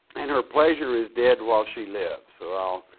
and her pleasure is dead while she lives. well,